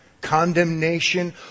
condemnation